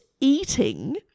eating